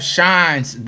Shine's